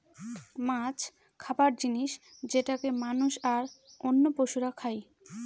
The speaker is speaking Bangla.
মাছ খাবার জিনিস যেটাকে মানুষ, আর অন্য পশুরা খাই